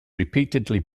repeatedly